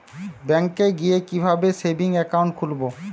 ব্যাঙ্কে গিয়ে কিভাবে সেভিংস একাউন্ট খুলব?